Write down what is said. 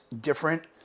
different